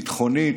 ביטחונית,